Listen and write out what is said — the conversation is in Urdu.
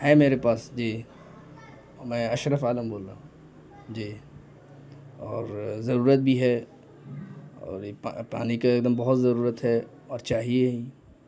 ہے میرے پاس جی میں اشرف عالم بول رہا ہوں جی اور ضرورت بھی ہے اور یہ پانی کا ایک دم بہت ضرورت ہے اور چاہیے ہی